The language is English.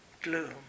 gloom